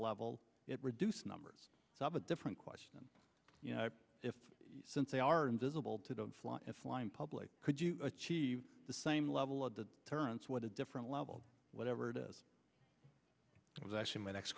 level it reduced numbers have a different question if since they are invisible to don't fly and fly in public could you achieve the same level of the currents what a different level whatever it is it was actually my next